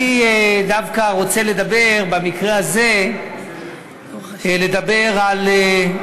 אני דווקא רוצה לדבר במקרה הזה על דעת